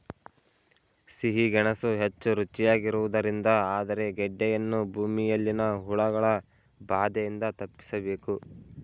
ಸಿಹಿ ಗೆಣಸು ಹೆಚ್ಚು ರುಚಿಯಾಗಿರುವುದರಿಂದ ಆದರೆ ಗೆಡ್ಡೆಯನ್ನು ಭೂಮಿಯಲ್ಲಿನ ಹುಳಗಳ ಬಾಧೆಯಿಂದ ತಪ್ಪಿಸಬೇಕು